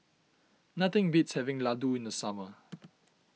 nothing beats having Ladoo in the summer